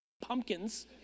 pumpkins